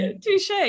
touche